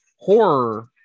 horror